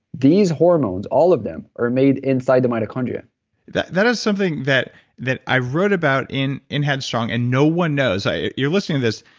these hormones, all of them, are made inside the mitochondria that that is something that that i wrote about in in headstrong, and no one knows. you're listening to this.